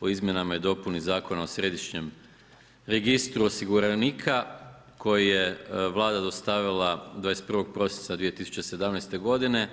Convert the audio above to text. o izmjenama i dopuni Zakona o središnjem registru osiguranika koji je Vlada dostavila 21. prosinca 2017. godine.